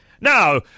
Now